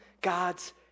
God's